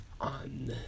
on